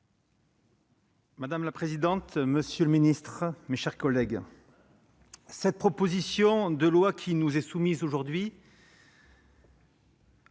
Madame la présidente, monsieur le ministre, mes chers collègues, cette proposition de loi qui nous est soumise aujourd'hui